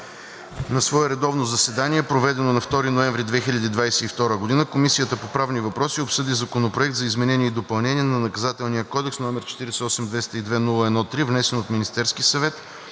На свое редовно заседание, проведено на 2 ноември 2022 г., Комисията по правни въпроси обсъди Законопроект за изменение и допълнение на Наказателния кодекс, № 48-202-01-3, внесен от Министерския съвет